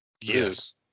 Yes